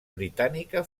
britànica